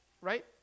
right